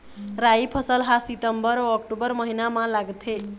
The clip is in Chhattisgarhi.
राई फसल हा सितंबर अऊ अक्टूबर महीना मा लगथे